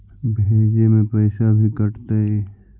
भेजे में पैसा भी कटतै?